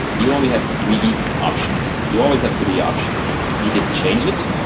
you only have three options. you always have three options. you can change it,